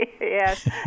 Yes